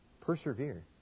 persevere